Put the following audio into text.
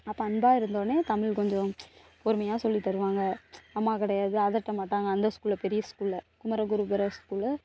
அப்போ அன்பாக இருந்தவொடன்னே தமிழ் கொஞ்சம் பொறுமையாக சொல்லி தருவாங்க அம்மா கிடையாது அதட்ட மாட்டாங்க அந்த ஸ்கூலில் பெரிய ஸ்கூலில் குமரகுருபரர் ஸ்கூல்ல